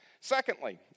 Secondly